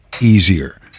easier